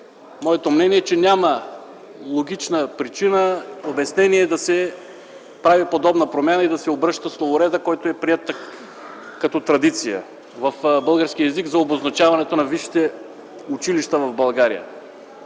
моето мнение, че няма логична причина, обяснение да се прави подобна промяна и да се обръща словоредът, който е приет като традиция в българския език за обозначаването на висшите училища в България.